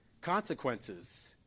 consequences